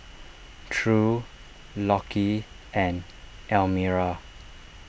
true Lockie and Elmira